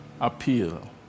appeal